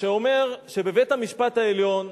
שאומר שבבית-המשפט העליון,